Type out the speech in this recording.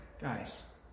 Guys